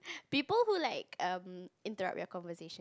people who like um interrupt your conversation